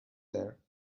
there